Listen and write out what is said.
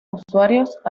usuarios